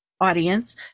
audience